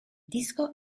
disco